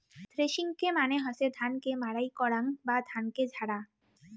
থ্রেশিংকে মানে হসে ধান কে মাড়াই করাং বা ধানকে ঝাড়া